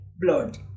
blood